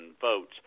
votes